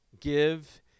give